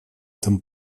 этом